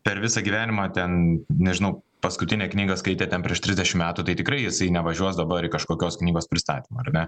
per visą gyvenimą ten nežinau paskutinę knygą skaitė ten prieš trisdešim metų tai tikrai jisai nevažiuos dabar į kažkokios knygos pristatymą ar ne